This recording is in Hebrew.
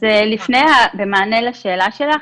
אז במענה לשאלה שלך,